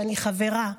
שאני חברה בה.